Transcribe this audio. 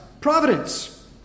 Providence